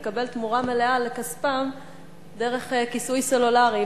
לקבל תמורה מלאה לכספם דרך כיסוי סלולרי.